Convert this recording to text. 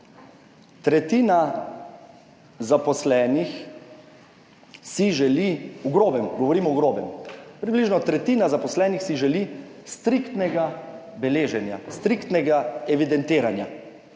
Tretjina zaposlenih si želi, v grobem, govorimo v grobem, približno tretjina zaposlenih si želi striktnega beleženja, striktnega evidentiranja.